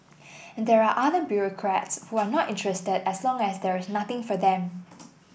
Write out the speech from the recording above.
and there're other bureaucrats who are not interested as long as there is nothing for them